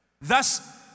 Thus